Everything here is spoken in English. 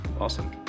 awesome